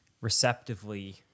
receptively